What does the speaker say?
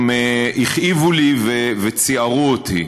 הם הכאיבו לי וציערו אותי.